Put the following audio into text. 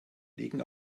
legen